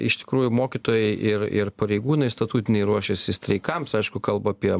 iš tikrųjų mokytojai ir ir pareigūnai statutiniai ruošiasi streikams aišku kalba apie